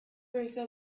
beltza